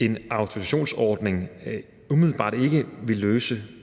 en autorisationsordning ikke umiddelbart vil løse